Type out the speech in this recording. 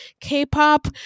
K-pop